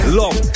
long